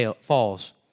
falls